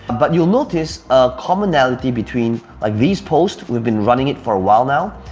but you'll notice a commonality between like these posts, we've been running it for a while now.